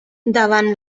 davant